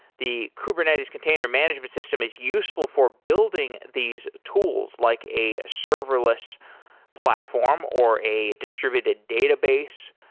the kubernetes container management system is useful for building these tools, like a serverless platform, or a distributed database.